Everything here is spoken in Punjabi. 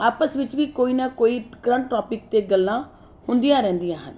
ਆਪਸ ਵਿੱਚ ਵੀ ਕੋਈ ਨਾ ਕੋਈ ਕਰੰਟ ਟੋਪਿਕ 'ਤੇ ਗੱਲਾਂ ਹੁੰਦੀਆਂ ਰਹਿੰਦੀਆਂ ਹਨ